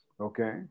okay